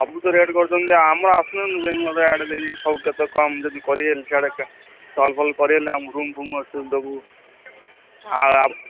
ସବୁ ତ ରେଟ୍ କରୁଛନ୍ତି ଆମର ଆସୁନାହାନ୍ତି ବେଙ୍ଗଲୋର୍ ଆଡ଼େ ଦେଇକି ସବୁ କେତେ କମ୍ ଯଦି କରିଲେ ସିଆଡ଼େ କଲ୍ଫଲ୍ କରିଲେ ଆମ ରୁମ୍ଫୁମ୍ ଅଛି ହେଲେ ଦେବୁ ଆ